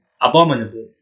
abominable